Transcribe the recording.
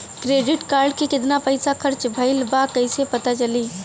Credit card के कितना पइसा खर्चा भईल बा कैसे पता चली?